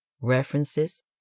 references